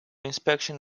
inspection